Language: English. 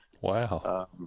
Wow